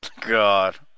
God